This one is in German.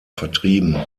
vertrieben